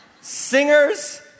Singers